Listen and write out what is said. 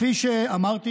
כפי שאמרתי,